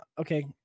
okay